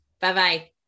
Bye-bye